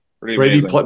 Brady